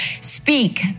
speak